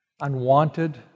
unwanted